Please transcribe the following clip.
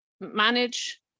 manage